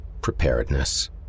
Preparedness